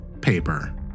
paper